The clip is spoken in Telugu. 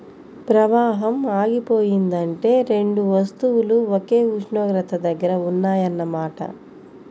ప్రవాహం ఆగిపోయిందంటే రెండు వస్తువులు ఒకే ఉష్ణోగ్రత దగ్గర ఉన్నాయన్న మాట